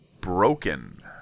Broken